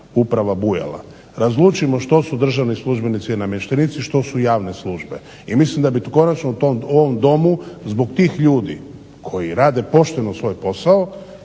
uprava bujala. Razlučimo što su državni službenici i namještenici i što su javne službe. I mislim da bi konačno u ovom Domu zbog tih ljudi koji rade pošteno svoj posao